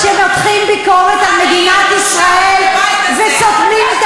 כשמותחים ביקורת על מדינת ישראל וסותמים את